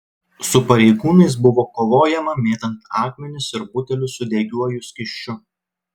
su pareigūnais buvo kovojama mėtant akmenis ir butelius su degiuoju skysčiu